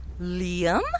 Liam